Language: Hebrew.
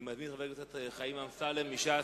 אני מזמין את חבר הכנסת חיים אמסלם מש"ס.